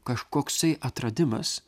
kažkoksai atradimas